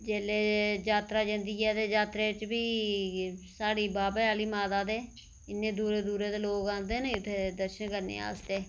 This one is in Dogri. जेल्लै जात्तरा जंदी ऐ ते जात्तरा बी साढ़ी बाह्वे आह्ली माता ते इन्ने दूरा दूरा लोक आंदे न इत्थै दर्शन करने आस्तै